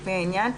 לפי העניין,